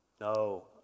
No